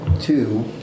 Two